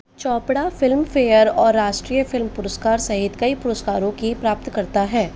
Chopra Filmfare और राष्ट्रीय film पुरस्कार सहित कई पुरस्कारों की प्राप्तकर्ता हैं